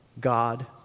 God